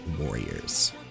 Warriors